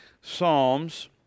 psalms